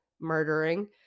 murdering